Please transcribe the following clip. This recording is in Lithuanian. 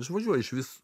išvažiuoji išvis